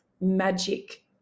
magic